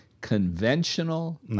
conventional